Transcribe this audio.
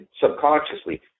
subconsciously